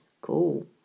Cool